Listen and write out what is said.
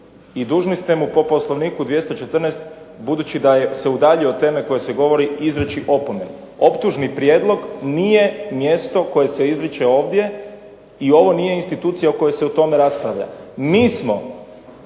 i dužni ste mu po Poslovniku 214. budući da se udaljio od teme o kojoj se govori izreći opomenu. Optužni prijedlog nije mjesto koje se izriče ovdje i ovo nije institucija o kojoj se o tome raspravlja. Mi smo